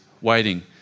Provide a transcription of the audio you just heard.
waiting